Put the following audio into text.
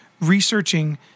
researching